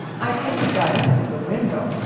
i think he got in through the window.